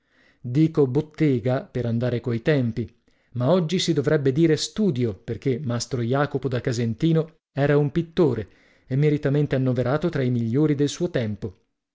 dico bottega per andare coi tempi ma oggi si dovrebbe dire studio perchè mastro jacopo da casentino era un pittore e meritamente annoverato tra i migliori del suo tempo